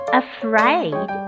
afraid